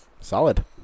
Solid